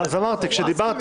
כשדיברת,